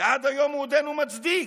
ועד היום הוא עודנו מצדיק